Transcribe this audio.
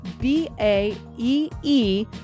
B-A-E-E